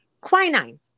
quinine